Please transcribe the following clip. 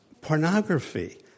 pornography